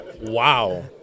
Wow